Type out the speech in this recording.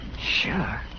Sure